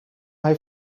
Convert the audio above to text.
hij